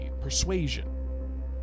persuasion